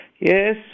yes